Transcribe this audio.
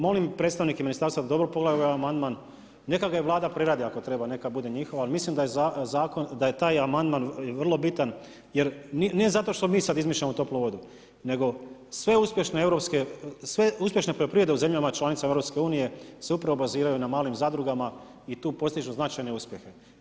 Molim predstavnike Ministarstva da dobro pogledaju ovaj amandman, neka ga i Vlada preradi ako treba, neka bude njihov, ali mislim da je taj amandman vrlo bitan jer nije zato što mi sad izmišljamo toplu vodu, nego sve uspješne poljoprivrede u zemljama članicama EU se upravo baziraju na malim zadrugama i tu postižu značajne uspjehe.